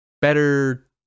better